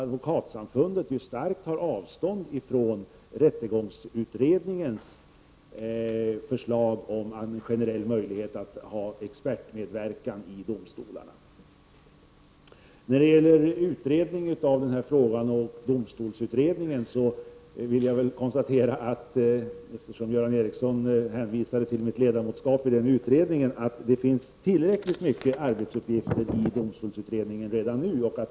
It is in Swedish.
Advokatsamfundet tar starkt avstånd från rättegångsutredningens förslag om en generell möjlighet att ha expertmedverkan i domstolarna. När det gäller domstolsutredningen vill jag säga — Göran Ericsson hänvisade till mitt ledamotskap i denna utredning — att utredningen har tillräckligt många arbetsuppgifter redan nu.